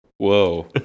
Whoa